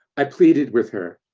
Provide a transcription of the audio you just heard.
i pleaded with her.